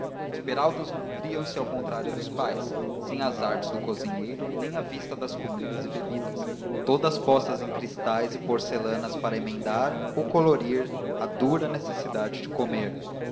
peraltas nutriam se ao contrário dos pais sem as artes do cozinheiro nem a vista das comidas e bebidas todas postas em cristais e porcelanas para emendar ou colorir a dura necessidade de comer